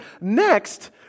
Next